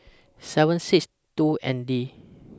seven six two N D